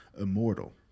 immortal